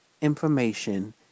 information